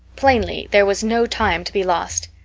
plainly there was no time to be lost.